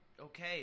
okay